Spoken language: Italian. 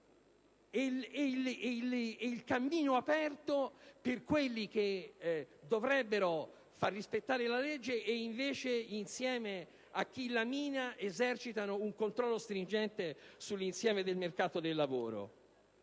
e il cammino aperto per quelli che dovrebbero far rispettare la legge e invece, insieme a chi la mina, esercitano un controllo stringente sull'insieme del mercato del lavoro.